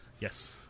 yes